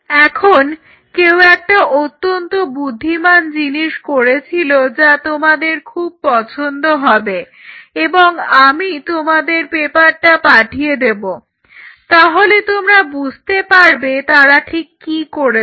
এখন কেউ একটা অত্যন্ত বুদ্ধিমান জিনিস করেছিল যা তোমাদের খুব পছন্দ হবে এবং আমি তোমাদের পেপারটা পাঠিয়ে দেবো তাহলে তোমরা বুঝতে পারবে তারা ঠিক কি করেছিল